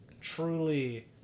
truly